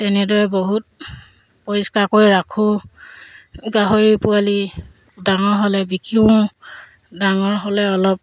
তেনেদৰে বহুত পৰিষ্কাৰকৈ ৰাখোঁ গাহৰি পোৱালি ডাঙৰ হ'লে বিকোও ডাঙৰ হ'লে অলপ